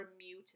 mute